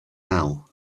now